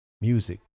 music